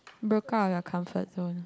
broke out with our comfort zone